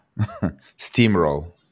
steamroll